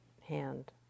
hand